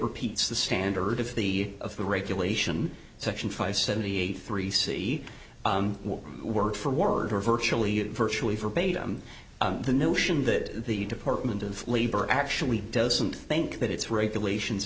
repeats the standard of the of the regulation section five seventy eight three c word for word or virtually virtually forbade them the notion that the department of labor actually doesn't think that it's regulations